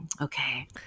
okay